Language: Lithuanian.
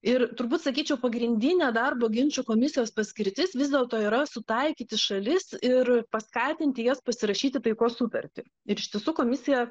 ir turbūt sakyčiau pagrindinė darbo ginčų komisijos paskirtis vis dėlto yra sutaikyti šalis ir paskatinti jas pasirašyti taikos sutartį ir iš tiesų komisija